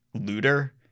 looter